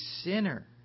sinner